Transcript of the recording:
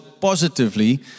positively